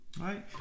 right